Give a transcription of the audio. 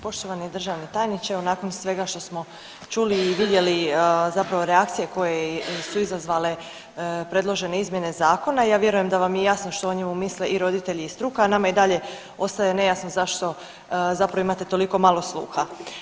Poštovani državni tajniče, nakon svega što smo čuli i vidjeli zapravo reakcije koje su izazvale predložene izmjene zakona ja vjerujem da vam je jasno što o njemu misle i roditelji i struka, a nama i dalje ostaje nejasno zašto zapravo imate toliko malo sluha.